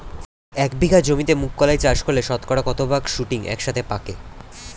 এক বিঘা জমিতে মুঘ কলাই চাষ করলে শতকরা কত ভাগ শুটিং একসাথে পাকে?